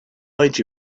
guide